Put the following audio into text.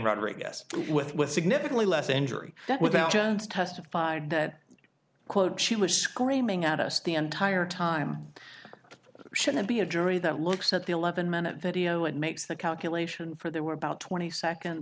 rodriguez with with significantly less injury that without jones testified that quote she was screaming at us the entire time should there be a jury that looks at the eleven minute video and makes the calculation for there were about twenty seconds